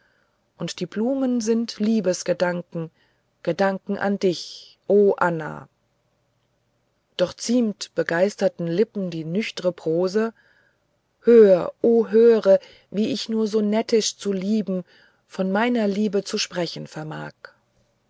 und die blumen sind liebesgedanken gedanken an dich o anna doch geziemt begeisterten lippen die nüchterne prose hör o höre wie ich nur sonettisch zu lieben von meiner liebe zu sprechen vermag